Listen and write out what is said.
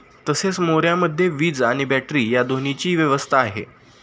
तसेच मोऱ्यामध्ये वीज आणि बॅटरी या दोन्हीची व्यवस्था आहे